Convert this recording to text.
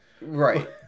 right